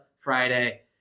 Friday